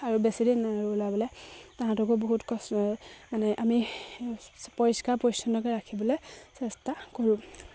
আৰু বেছিদিন নাই আৰু ওলাবলে তাহাঁতকো বহুত কষ্ট আমি পৰিষ্কাৰ পৰিচ্ছন্নকে ৰাখিবলৈ চেষ্টা কৰোঁ